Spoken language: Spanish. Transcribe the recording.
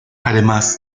además